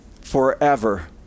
forever